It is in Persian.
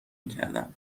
میکردم